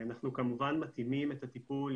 אנחנו כמובן מתאימים את הטיפול,